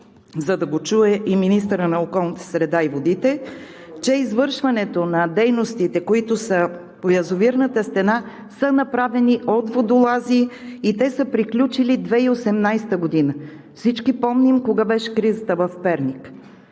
за да го чуе и министърът на околната среда и водите, че извършването на дейностите, които са по язовирната стена, са направени от водолази и те са приключили 2018 г. Всички помним кога беше кризата в Перник.